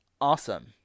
awesome